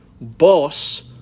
Boss